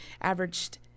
averaged